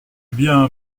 bien